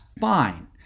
fine